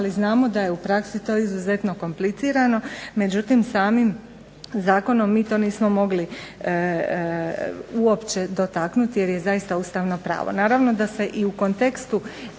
ali znamo da je u praksi to izuzetno komplicirano. Međutim, samim zakonom mi to nismo mogli uopće dotaknuti jer je zaista ustavno pravo. Naravno da se i u kontekstu